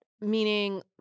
meaning